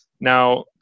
Now